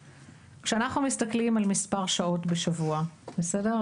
כשאנחנו מסתכלים על מספר שעות בשבוע, בסדר?